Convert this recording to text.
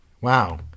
Wow